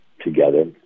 together